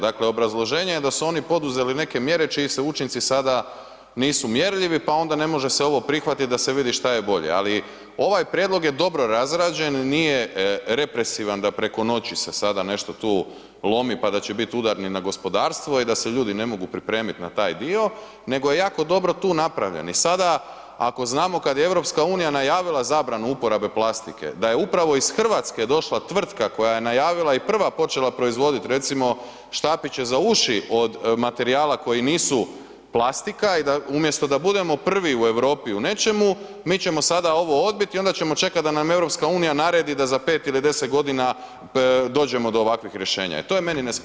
Dakle obrazloženje je da su oni poduzeli neke mjere čiji se učinci sada nisu mjerljivi pa onda ne može se ovo prihvatiti da se vidi šta je bolje ali ovaj prijedlog je dobro razrađen, nije represivan da preko noći se sada nešto tu lomi pa da će bit udarni na gospodarstvo i da se ljudi ne mogu pripremit na taj dio nego je jako dobro tu napravljen i sada ako znamo kad je EU najavila zabranu uporabe plastike, da je upravo iz Hrvatske došla tvrtka koja je najavila i rva počela proizvoditi recimo štapiće za uši od materijala koji nisu plastika i umjesto da budemo prvi u Europi u nečemu, mi ćemo sada ovo odbit i onda ćemo čekat da nam EU naredi da za 5 ili 10 g. dođemo do ovakvih rješenja i to je meni neshvatljivo.